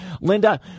Linda